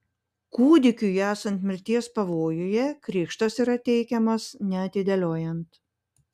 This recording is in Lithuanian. kūdikiui esant mirties pavojuje krikštas yra teikiamas neatidėliojant